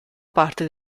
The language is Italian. parte